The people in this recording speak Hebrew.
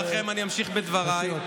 אתה יכול לקרוא לי קריאות.